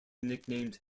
nicknamed